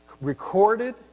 recorded